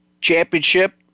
championship